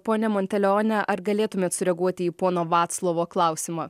pone monteleone ar galėtumėt sureaguoti į pono vaclovo klausimą